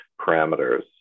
parameters